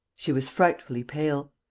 she was frightfully pale,